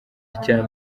icya